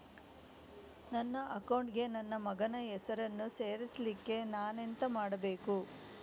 ನನ್ನ ಅಕೌಂಟ್ ಗೆ ನನ್ನ ಮಗನ ಹೆಸರನ್ನು ಸೇರಿಸ್ಲಿಕ್ಕೆ ನಾನೆಂತ ಮಾಡಬೇಕು?